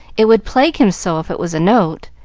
it would plague him so if it was a note,